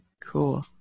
cool